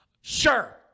sure